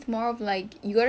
so you nak maid lah